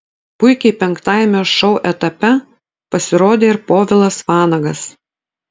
puikiai penktajame šou etape pasirodė ir povilas vanagas